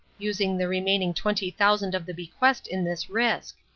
using the remaining twenty thousand of the bequest in this risk.